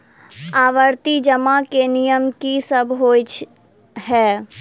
आवर्ती जमा केँ नियम की सब होइ है?